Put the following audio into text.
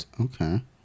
Okay